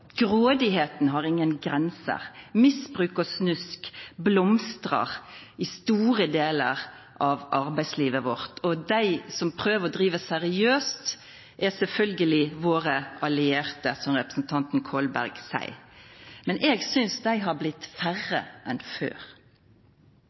har ingen grenser. Misbruk og snusk blomstrar i store delar av arbeidslivet vårt, og dei som prøver å driva seriøst, er sjølvsagt våre allierte, som representanten Kolberg seier. Men eg synest dei har blitt